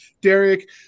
Derek